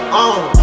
on